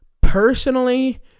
Personally